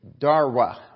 Darwa